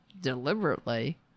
deliberately